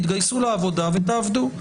תתגייסו לעבודה ותעבדו.